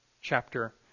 chapter